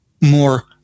more